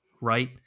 right